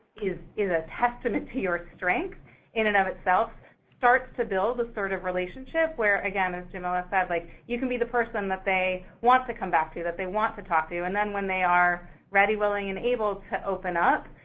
is a testament to your strength in and of itself starts to build the sort of relationship where, again, as jamila said, like, you can be the person that they want to come back to, that they want to talk to. and then when they are ready, willing, and able to open up,